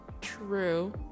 true